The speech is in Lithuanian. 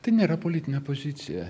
tai nėra politinė pozicija